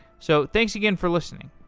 so thanks again for listening